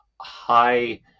high